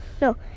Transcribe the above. no